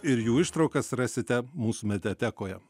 ir jų ištraukas rasite mūsų mediatekoje